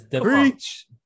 Preach